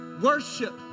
Worship